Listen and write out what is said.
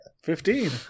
Fifteen